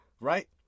right